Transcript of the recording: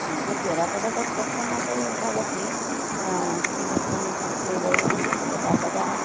किन्तु यदा कदा तत् कष्टमपि भवति किमर्थम् इत्युक्ते वयं यदा कदा